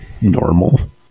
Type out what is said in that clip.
normal